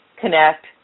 connect